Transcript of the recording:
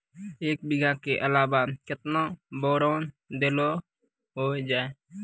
एक बीघा के अलावा केतना बोरान देलो हो जाए?